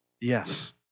Yes